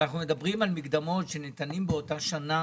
אנחנו מדברים על מקדמות שניתנות באותה שנה,